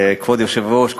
כבוד היושב-ראש,